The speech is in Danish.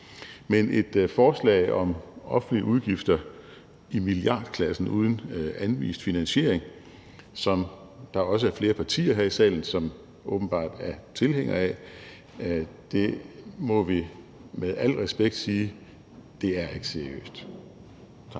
Men et forslag om offentlige udgifter i milliardklassen uden anvist finansiering, som der også er flere partier her i salen der åbenbart er tilhængere af, må vi med al respekt sige ikke er seriøst. Tak